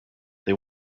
they